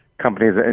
companies